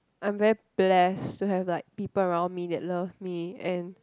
I'm very blessed to have like people around me that love me and